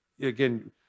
again